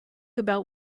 about